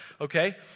okay